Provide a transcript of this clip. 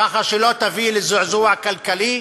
ככה שלא תביא לזעזוע כלכלי,